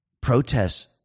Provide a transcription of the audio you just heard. protests